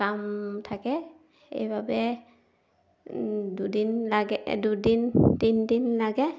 কাম থাকে সেইবাবে দুদিন লাগে দুদিন তিনিদিন লাগে